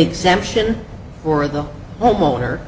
exemption for the homeowner